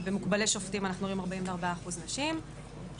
במוקבלי שופטים אנחנו רואים 44% נשים.